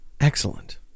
Excellent